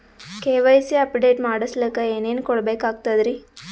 KYC update ಮಾಡಸ್ಲಕ ಏನೇನ ಕೊಡಬೇಕಾಗ್ತದ್ರಿ?